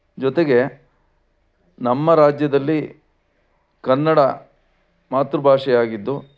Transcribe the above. ಜೊತೆಗೆ ನಮ್ಮ ರಾಜ್ಯದಲ್ಲಿ ಕನ್ನಡ ಮಾತೃ ಭಾಷೆಯಾಗಿದ್ದು